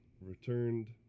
returned